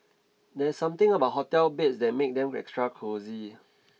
there's something about hotel beds that make them extra cosy